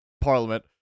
parliament